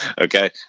okay